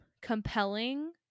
compelling